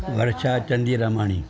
Varsha Chandirmani